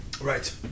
Right